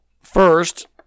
first